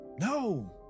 no